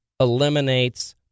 eliminates